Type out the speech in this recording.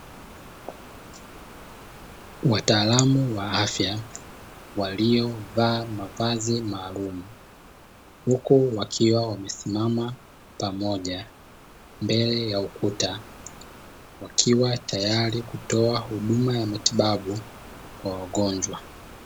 Wataalam wa afya walio vaa mavazi maalumu huku wakiwa wamesimama pamoja mbele ya ukuta, wakiwa tayari kutoa huduma ya matibabu kwa wagonjwa.